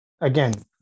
again